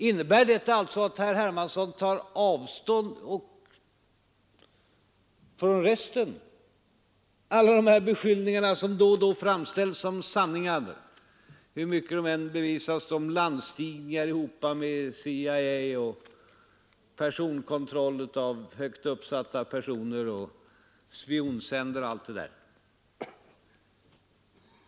Innebär detta alltså att herr Hermansson tar avstånd från resten, från alla de här beskyllningarna som då och då framställs som sanningar — hur mycket de än motbevisas — om landstigningar ihop med CIA, personkontroll av högt uppsatta personer, spionsändare och allt detta?